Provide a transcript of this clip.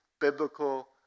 biblical